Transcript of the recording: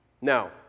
Now